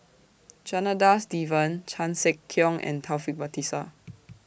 Janadas Devan Chan Sek Keong and Taufik Batisah